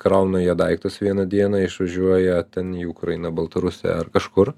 krauna jie daiktus vieną dieną išvažiuoja ten ukrainą baltarusiją ar kažkur